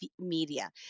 media